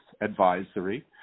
advisory